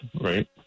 right